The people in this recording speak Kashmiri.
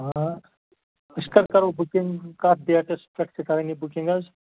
آ أسۍ کَر کَرو بُکِنگ کَتھ ڈیٹَس پیٚٹھ چھِ کَرٕنۍ یہِ بُکِنگ حظ